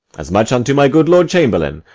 as much unto my good lord chamberlain!